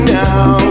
now